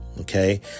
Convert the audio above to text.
Okay